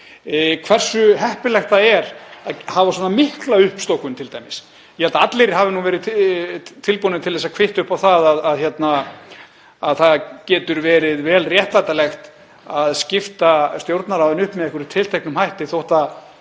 hversu heppilegt það yrði að hafa svona mikla uppstokkun t.d. Ég held að allir hafi verið tilbúnir til að kvitta upp á það að það getur verið vel réttlætanlegt að skipta Stjórnarráðinu upp með einhverjum tilteknum hætti þótt það